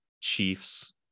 Chiefs